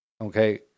Okay